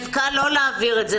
ונאבקה לא להעביר את זה